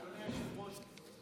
אדוני היושב-ראש,